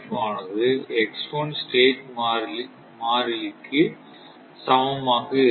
ஆனது ஸ்டேட் மாறிலிக்கு சமமாக இருக்கும்